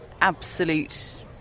Absolute